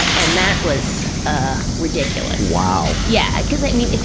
and that was, ah, ridiculous. wow! yeah. cause i mean.